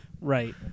Right